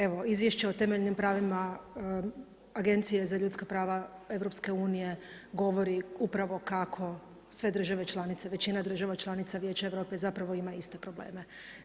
Evo, izvješće o temeljnim pravima agencije za ljudska prava EU govori upravo kao sve države članice, većina država članica Vijeće Europe zapravo ima iste probleme.